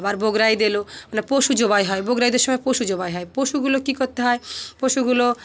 আবার বকরা ঈদ এলো মানে পশু জবাই হয় বকরা ঈদের সময় পশু জবাই হয় পশুগুলো কী করতে হয় পশুগুলো